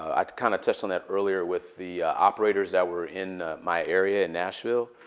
i kind of touched on that earlier with the operators that were in my area in nashville.